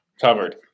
Covered